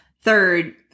Third